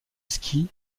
ski